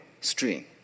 stream